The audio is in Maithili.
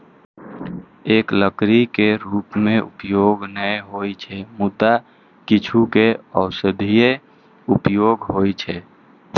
एकर लकड़ी के रूप मे उपयोग नै होइ छै, मुदा किछु के औषधीय उपयोग होइ छै